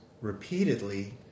repeatedly